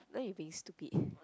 why you being stupid